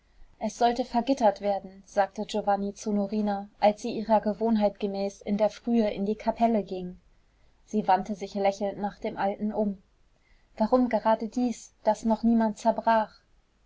es sollte vergittert werden sagte giovanni zu norina als sie ihrer gewohnheit gemäß in der frühe in die kapelle ging sie wandte sich lächelnd nach dem alten um warum gerade dies das noch niemand zerbrach